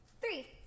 Three